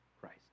Christ